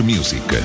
Music